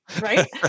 right